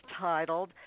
titled